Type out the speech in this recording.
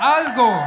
algo